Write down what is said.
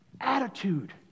Attitude